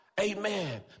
Amen